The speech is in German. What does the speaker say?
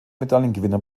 medaillengewinner